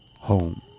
home